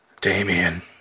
Damien